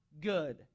good